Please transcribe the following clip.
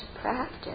practice